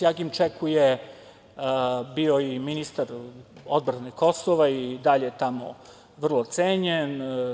Agim Čeku je bio i ministar odbrane Kosova i dalje je tamo vrlo cenjen.